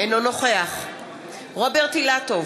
אינו נוכח רוברט אילטוב,